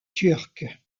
turque